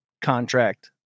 contract